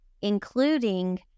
including